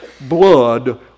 blood